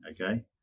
okay